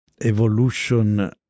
evolution